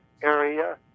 area